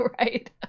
Right